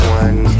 one